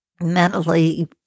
mentally